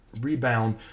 rebound